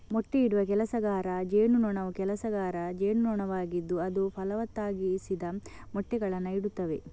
ಮೊಟ್ಟೆಯಿಡುವ ಕೆಲಸಗಾರ ಜೇನುನೊಣವು ಕೆಲಸಗಾರ ಜೇನುನೊಣವಾಗಿದ್ದು ಅದು ಫಲವತ್ತಾಗಿಸದ ಮೊಟ್ಟೆಗಳನ್ನು ಇಡುತ್ತದೆ